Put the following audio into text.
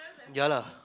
ya lah